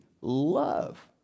love